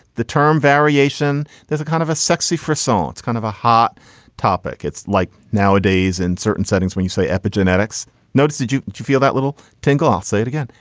the term variation, there's a kind of a sexy for song. it's kind of a hot topic. it's like nowadays in certain settings. when you say epigenetics notice, do do you feel that little tingle? i'll say it again,